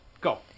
Go